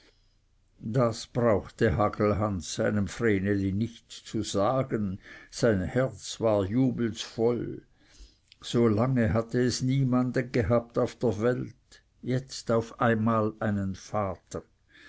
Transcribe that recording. das brauchte hagelhans seinem vreneli nicht zu sagen sein herz war jubels voll so lange hatte es niemanden gehabt auf der welt jetzt auf einmal einen vater